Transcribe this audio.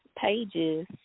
pages